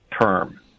term